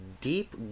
deep